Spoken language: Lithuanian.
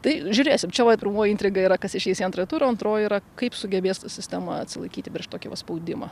tai žiūrėsim čia va pirmoji intriga yra kas išeis į antrą turą o antroji yra kaip sugebės ta sistema atsilaikyti prieš tokį va spaudimą